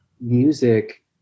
music